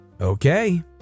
okay